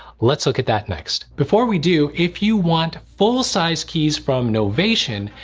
let's look at that next. before we do if you want full-size keys from novation,